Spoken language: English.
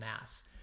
Mass